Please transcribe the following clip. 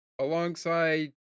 Alongside